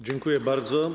Dziękuję bardzo.